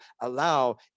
allow